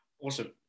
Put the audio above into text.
Awesome